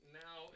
now